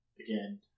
again